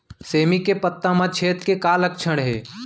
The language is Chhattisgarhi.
सेमी के पत्ता म छेद के का लक्षण हे?